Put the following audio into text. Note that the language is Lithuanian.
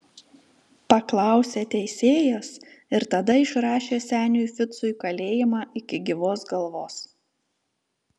paklausė teisėjas ir tada išrašė seniui ficui kalėjimą iki gyvos galvos